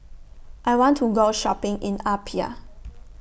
I want to Go Shopping in Apia